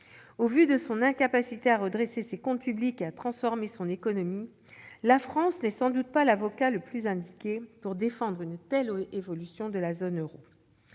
Au vu de son incapacité à redresser ses comptes publics et à transformer son économie, la France n'est sans doute pas l'avocat le plus indiqué pour défendre une telle évolution de la zone euro